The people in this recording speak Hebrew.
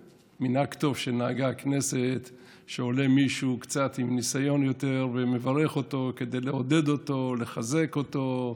אותו, כדי לעודד אותו, לחזק אותו,